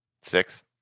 Six